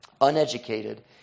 uneducated